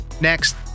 Next